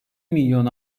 milyon